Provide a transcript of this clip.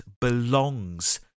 belongs